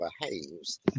behaves